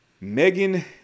Megan